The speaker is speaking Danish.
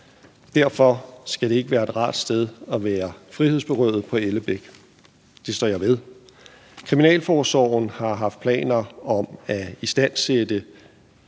Derfor skal Ellebæk ikke være et rart sted at være frihedsberøvet. Det står jeg ved. Kriminalforsorgen har haft planer om at istandsætte